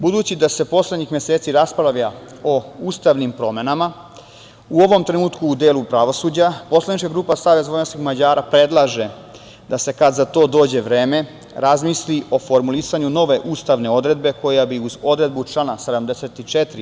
Budući da se poslednjih meseci raspravlja o ustavnim promenama u ovom trenutku u delu pravosuđa poslanička grupa SVM predlaže da se, kad za to dođe vreme, razmisli o formulisanju nove ustavne odredbe koja bi, uz odredbu člana 74.